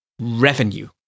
revenue